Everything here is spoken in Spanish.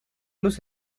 los